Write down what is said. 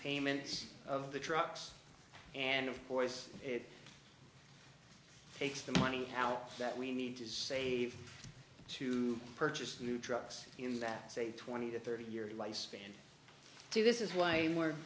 payments of the trucks and of course it takes the money out that we need to save to purchase new drugs in that say twenty to thirty year life span to this is why more